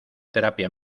terapia